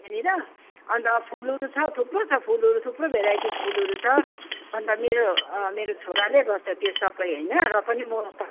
त्यहाँनिर अन्त फुलहरू छ थुप्रो छ फूलहरू थुप्रो भेराइटिज फुलहरू छ अन्त मेरो मेरो छोराले गर्छ त्यो सबै होइन र पनि म तपाईँ